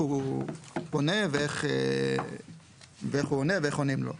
הוא פונה ואיך הוא עונה ואיך עונים לו.